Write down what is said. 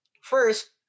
first